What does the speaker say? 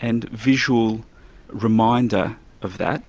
and visual reminder of that.